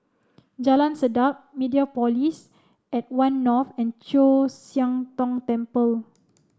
Jalan Sedap Mediapolis at One North and Chu Siang Tong Temple